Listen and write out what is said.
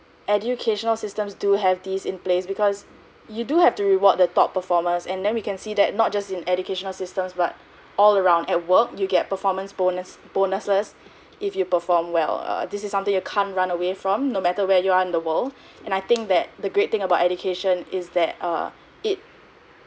educational systems do have these in place because you do have to reward the top performers and then we can see that not just in educational systems but all around at work you get performance bonus bonuses if you perform well err this is something you can't run away from no matter where you are in the world and I think that the great thing about education is that err it